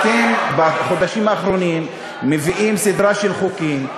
אתם בחודשים האחרונים מביאים סדרה של חוקים,